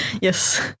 Yes